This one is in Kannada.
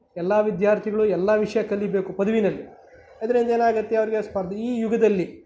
ಎಲ್ಲ ವಿದ್ಯಾರ್ಥಿಗಳು ಎಲ್ಲ ವಿಷಯ ಕಲಿಬೇಕು ಪದವಿಯಲ್ಲಿ ಅದರಿಂದ ಏನಾಗುತ್ತೆ ಅವರಿಗೆ ಸ್ಪರ್ಧೆ ಈ ಯುಗದಲ್ಲಿ